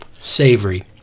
savory